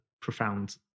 profound